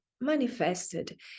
manifested